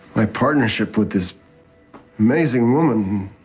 my partnership with this amazing woman